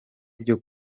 byo